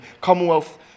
Commonwealth